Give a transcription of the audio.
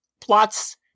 plots